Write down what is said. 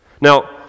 Now